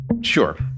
Sure